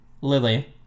Lily